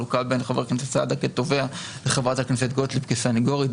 חלוקה בין חבר הכנסת סעדה כתובע לחברת הכנסת גוטליב כסניגורית.